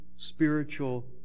spiritual